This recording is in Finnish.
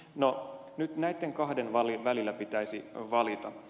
no nyt näitten kahden välillä pitäisi valita